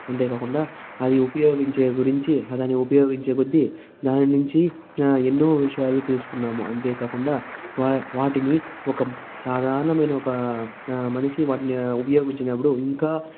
అంతేకాకుండా అది ఉపయోగించే గురించి దానిని ఉపయోగించే కొద్దీ దాని నుంచి ఎన్నో విషయాలు తెలుసుకున్నాము అంతేకాకుండా వా వాటిని ఒక సాధారణమైన ఒక మనిషి వాటిని ఉపయోగించినప్పుడు ఇంకా